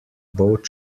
both